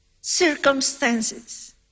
circumstances